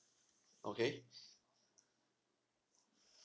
okay